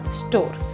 store